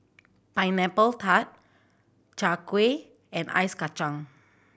Pineapple Tart Chai Kueh and ice kacang